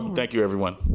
thank you, everybody.